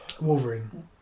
Wolverine